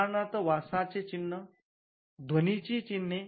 उदाहरणार्थ वासांचे चिन्ह आणि ध्वनीची चिन्हे